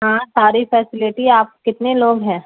ہاں ساری فیسلٹی آپ کتنے لوگ ہیں